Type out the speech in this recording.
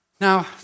Now